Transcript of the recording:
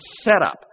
setup